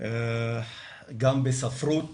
גם בספרות